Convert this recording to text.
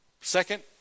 second